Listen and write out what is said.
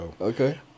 Okay